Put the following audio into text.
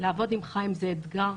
חדש-ישן.